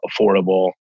affordable